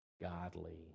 godly